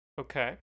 Okay